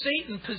Satan